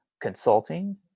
consulting